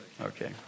Okay